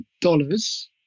dollars